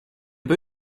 pas